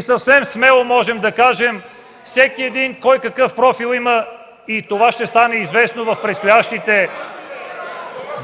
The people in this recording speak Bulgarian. Съвсем смело можем да кажем всеки един какъв профил има и това ще стане известно в предстоящите